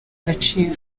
agaciro